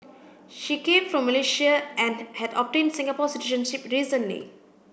she came from Malaysia and had obtained Singapore citizenship recently